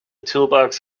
toolbox